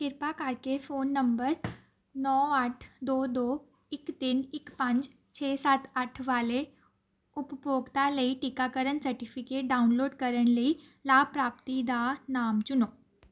ਕਿਰਪਾ ਕਰਕੇ phone number ਨੌਂ ਅੱਠ ਦੋ ਦੋ ਇੱਕ ਤਿੰਨ ਇੱਕ ਪੰਜ ਛੇ ਸੱਤ ਅੱਠ ਵਾਲੇ ਉਪਭੋਗਤਾ ਲਈ ਟੀਕਾਕਰਨ ਸਰਟੀਫਿਕੇਟ ਡਾਊਨਲੋਡ ਕਰਨ ਲਈ ਲਾਭਪ੍ਰਾਪਤੀ ਦਾ ਨਾਮ ਚੁਣੋ